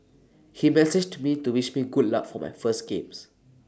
he messaged me to wish me good luck for my first games